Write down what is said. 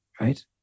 Right